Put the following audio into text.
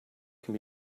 can